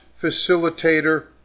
facilitator